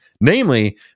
Namely